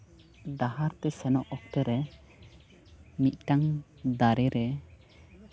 ᱰᱟᱦᱟᱨ ᱛᱮ ᱥᱮᱱᱚᱜ ᱚᱠᱛᱮ ᱨᱮ ᱢᱤᱫᱴᱟᱝ ᱫᱟᱨᱮ ᱨᱮ